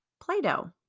Play-Doh